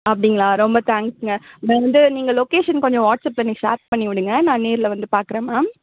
அப்படிங்களா ரொம்ப தேங்க்ஸுங்க மேம் வந்து நீங்கள் லொக்கேஷன் கொஞ்சம் வாட்ஸ்அப் பண்ணி ஷேர் பண்ணி விடுங்க நான் நேரில் வந்து பார்க்குறேன் மேம்